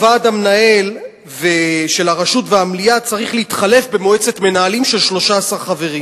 הוועד המנהל של הרשות והמליאה צריך להתחלף במועצת מנהלים של 13 חברים,